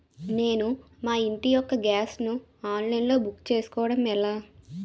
నేను మా ఇంటి యెక్క గ్యాస్ ను ఆన్లైన్ లో బుక్ చేసుకోవడం ఎలా?